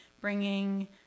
bringing